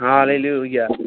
Hallelujah